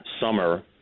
summer